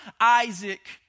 Isaac